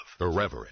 Irreverent